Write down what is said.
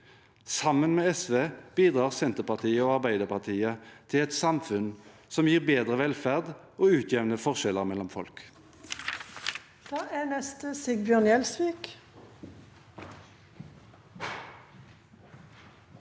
Sammen med SV bidrar Senterpartiet og Arbeiderpartiet til et samfunn som gir bedre velferd og utjevner forskjeller mellom folk.